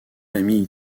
famille